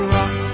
Rock